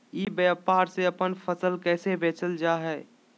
ई व्यापार से अपन फसल कैसे बेचल जा हाय?